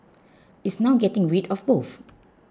it's now getting rid of both